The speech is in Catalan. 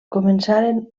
començaren